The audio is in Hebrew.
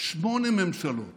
שמונה ממשלות